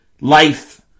life